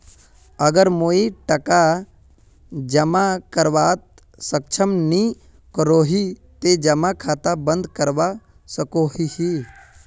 अगर मुई टका जमा करवात सक्षम नी करोही ते जमा खाता बंद करवा सकोहो ही?